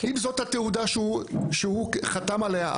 אם זו התעודה שהוא חתם עליה,